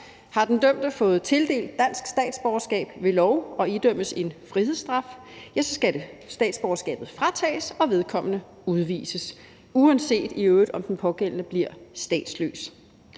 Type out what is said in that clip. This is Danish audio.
Har den dømte fået tildelt dansk statsborgerskab ved lov og idømmes en frihedsstraf, skal statsborgerskabet fratages den dømte, og vedkommende skal udvises – uanset i øvrigt om den pågældende bliver statsløs.